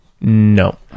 no